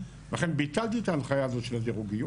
לכן ביטלתי את ההנחיה הזאת של הדירוגיות